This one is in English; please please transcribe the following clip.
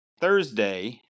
Thursday